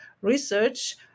research